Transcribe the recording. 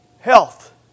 Health